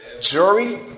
jury